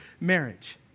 marriage